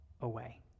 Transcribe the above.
away